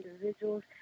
individuals